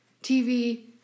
TV